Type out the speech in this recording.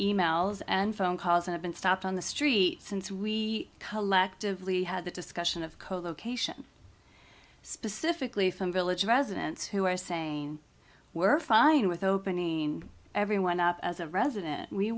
e mails and phone calls and i've been stopped on the street since we collectively had the discussion of co location specifically from village residents who are saying we're fine with opening everyone up as a resident we